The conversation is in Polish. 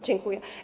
Dziękuję.